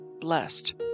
blessed